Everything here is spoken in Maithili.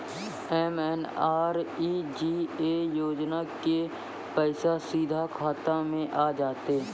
एम.एन.आर.ई.जी.ए योजना के पैसा सीधा खाता मे आ जाते?